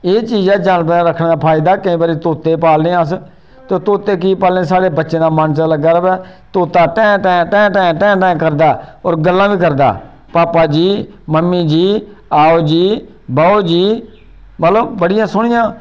एह् चीज़ ऐ जानवरें गी रक्खने दा फायदा केईं बारी तोते पालने आं अस तोते कीऽ पालने आं कि साढ़े बच्चें दा मन चित्त लग्गे दा रवै तोता टें टें टें करदा होर गल्लां बी करदा भापा जी मम्मी जी आओ जी ब'वो जी मतलब बड़ियां सोह्नियां